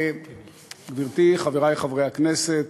גברתי, חברי חברי הכנסת,